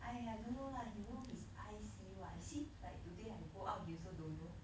!aiya! I don't know lah you know his eyes see what I see like today I go out he also don't know